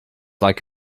like